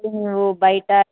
నువ్వు బయట